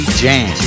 jam